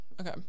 okay